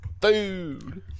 Food